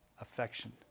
affection